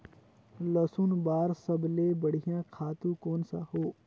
लसुन बार सबले बढ़िया खातु कोन सा हो?